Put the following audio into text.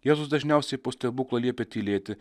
jėzus dažniausiai po stebuklą liepė tylėti